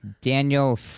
Daniel